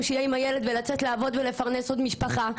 שיהיה עם הילד ולצאת לעבוד ולפרנס עוד משפחה.